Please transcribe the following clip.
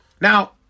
Now